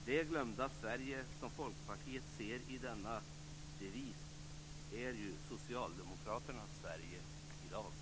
Det Folkpartiet avser med denna devis, Det glömda Sverige, är i dag Socialdemokraternas Sverige.